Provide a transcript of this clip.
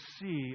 see